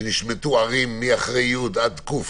שנשמטו ערים אחרי י' עד ק',